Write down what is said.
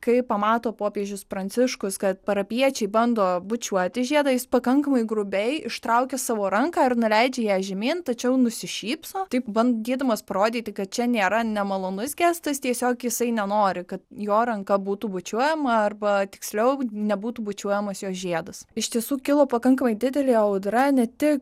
kai pamato popiežius pranciškus kad parapijiečiai bando bučiuoti žiedą jis pakankamai grubiai ištraukia savo ranką ir nuleidžia ją žemyn tačiau nusišypso taip bandydamas parodyti kad čia nėra nemalonus gestas tiesiog jisai nenori kad jo ranka būtų bučiuojama arba tiksliau nebūtų bučiuojamas jos žiedas iš tiesų kilo pakankamai didelė audra ne tik